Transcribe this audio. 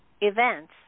events